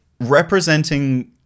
representing